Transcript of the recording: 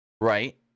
right